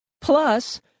plus